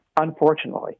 unfortunately